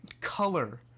color